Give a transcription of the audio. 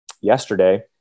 yesterday